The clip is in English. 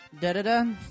Da-da-da